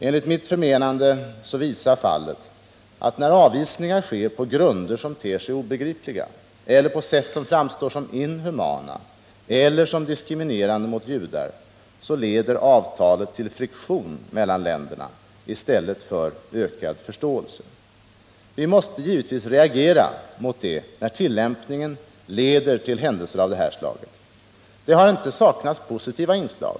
Enligt mitt förmenande visar detta fall att när avvisningar sker på grunder som ter sig obegripliga eller på ett sätt som framstår som inhumana eller som diskriminerande mot judar, så leder avtalet till friktioner mellan länderna i stället för till ökad förståelse. Vi måste givetvis reagera när tillämpningen av avtalet leder till händelser av det här slaget. Det har inte saknats positiva inslag.